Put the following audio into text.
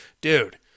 Dude